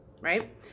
Right